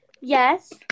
Yes